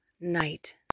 night